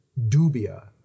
dubia